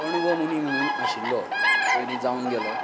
कण्व मुनी म्हण आशिल्लो पयलीं जावन गेलो